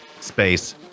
space